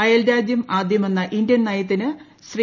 അയൽരാജ്യം ആദ്യമെന്ന ഇന്ത്യൻ നയത്തിന് ശ്രീ